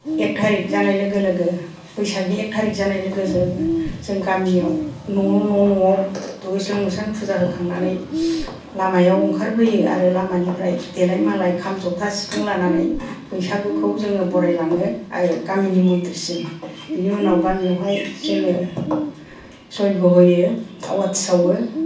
एक थारिक जानाय लोगो लोगो बैसागनि एक तारिख जानाय लोगो लोगो जों गामियाव न' न' न'आव दुगैस्रां लोबस्रां फुजा होखांनानै लामायाव ओंखारबोयो आरो लामानिफ्राय देलाय मालाय खाम जथा सिफुं लानानै बैसागुखौ जोङो बरायलाङो आरो गामिनि मन्दिरसिम बिनि उनाव गामियावहाय जोङो जग्य' होयो आवाथि सावो